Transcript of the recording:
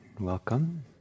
Welcome